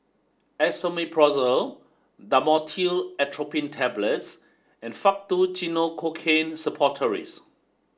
Esomeprazole Dhamotil Atropine Tablets and Faktu Cinchocaine Suppositories